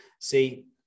See